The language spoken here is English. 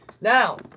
Now